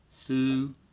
Sue